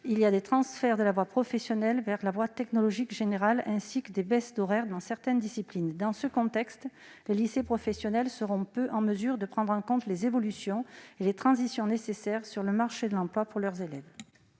constate des transferts de la voie professionnelle vers les voies technologique et générale, ainsi que des réductions d'horaires dans certaines disciplines. Dans ce contexte, les lycées professionnels seront peu en mesure de prendre en compte les évolutions et les transitions nécessaires sur le marché de l'emploi pour leurs élèves.